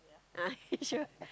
a'ah sure